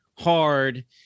hard